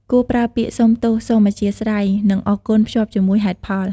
គួរប្រើពាក្យ "សូមទោស", "សូមអធ្យាស្រ័យ" និង "អរគុណ" ភ្ជាប់ជាមួយហេតុផល។